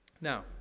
Now